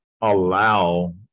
allow